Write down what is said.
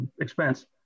expense